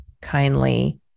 kindly